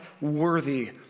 worthy